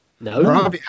No